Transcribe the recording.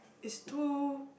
is too